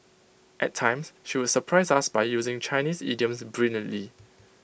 at times she would surprise us by using Chinese idioms brilliantly